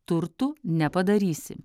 turtų nepadarysi